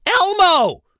Elmo